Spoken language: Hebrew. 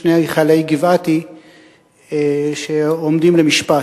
שני חיילי גבעתי שעומדים למשפט.